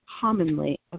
commonly